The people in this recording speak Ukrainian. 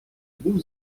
був